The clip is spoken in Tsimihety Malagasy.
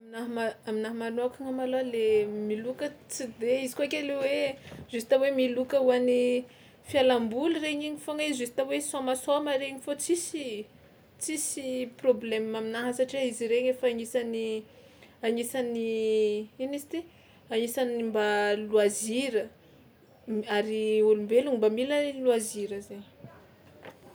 Nama- aminahy manôkana malôha le miloka tsy de izy koa ke le hoe justa hoe miloka ho an'ny fialamboly regny igny foagna i justa hoe saomasaoma regny fao tsisy tsisy problème aminahy satria izy regny efa agnisan'ny anisan'ny ino izy ty anisan'ny mba loisir m- ary olombelona mba mila loisir zay.